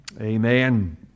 Amen